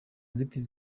nzitizi